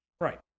Right